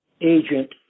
agent